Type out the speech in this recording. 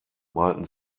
malten